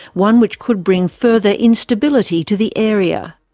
one which could bring further instability to the area.